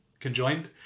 conjoined